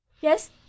Yes